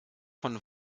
von